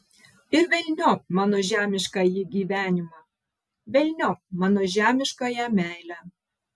ir velniop mano žemiškąjį gyvenimą velniop mano žemiškąją meilę